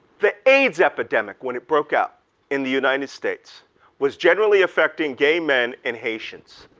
the aids epidemic when it broke out in the united states was generally affecting gay men and haitians,